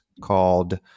called